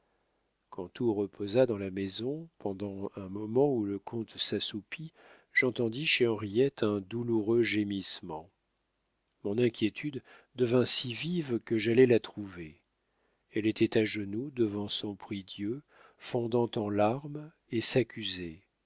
quand tout reposa dans la maison pendant un moment où le comte s'assoupit j'entendis chez henriette un douloureux gémissement mon inquiétude devint si vive que j'allai la trouver elle était à genoux devant son prie-dieu fondant en larmes et s'accusait